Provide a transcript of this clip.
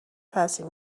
تاثیر